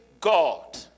God